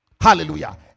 Hallelujah